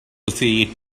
see